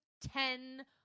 ten